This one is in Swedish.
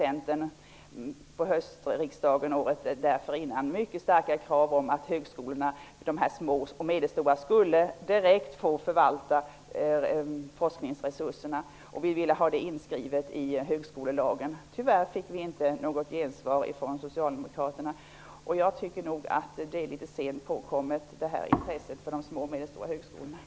Under höstriksdagen året innan hade Centern mycket starka krav om att de små och medelstora högskolorna skulle direkt få förvalta forskningsresurserna, och vi ville ha det inskrivet i högskolelagen. Tyvärr fick vi inte något gensvar ifrån socialdemokraterna. Jag tycker nog att intresset nu är litet sent påkommet.